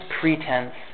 pretense